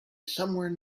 somewhere